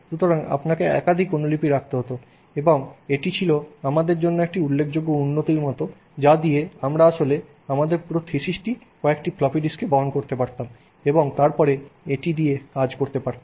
সুতরাং আপনাকে একাধিক অনুলিপি রাখতে হত এবং এটি ছিল আমাদের জন্য একটি উল্লেখযোগ্য উন্নতির মতো ছিল যা দিয়ে আমরা আসলে আমাদের পুরো থিসিসটি কয়েকটি ফ্লপি ডিস্কে বহন করতে পারতাম এবং তারপরে এটি দিয়ে কাজ করতে পারতাম